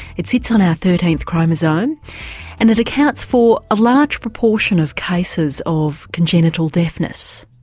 it sits on our thirteenth chromosome and it accounts for a large proportion of cases of congenital deafness.